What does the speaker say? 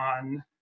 on